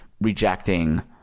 rejecting